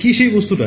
কি সেই বস্তুটা